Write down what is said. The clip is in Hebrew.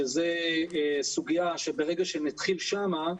שזה סוגיה שברגע שנתחיל שם,